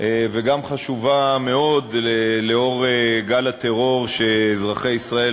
וגם חשובה מאוד לנוכח גל הטרור שאזרחי ישראל,